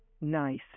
nice